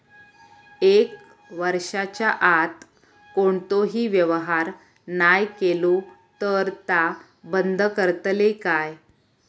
एक वर्षाच्या आत कोणतोही व्यवहार नाय केलो तर ता बंद करतले काय?